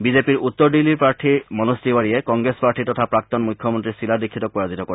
বিজেপিৰ উত্তৰ দিল্লীৰ প্ৰাৰ্থীৰ মনোজ তিৱাৰীয়ে কংগ্ৰেছ প্ৰাৰ্থী তথা প্ৰাক্তন মুখ্যমন্ত্ৰী শীলা দীক্ষিতক পৰাজিত কৰে